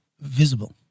visible